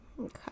Okay